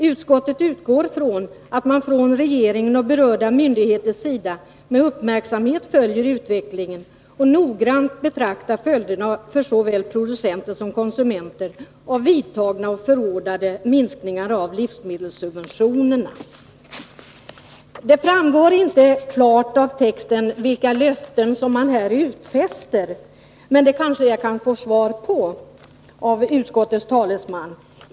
Utskottet utgår från att man från regeringens och berörda myndigheters sida med uppmärksamhet följer utvecklingen och noggrant beaktar följderna för såväl producenter som konsumenter av vidtagna och förordade minskningar av livsmedelssubventioneringen.” Det framgår inte klart av texten vilka löften som man här utfärdar, men det kanske jag kan få svar på av utskottets talesman.